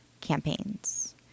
campaigns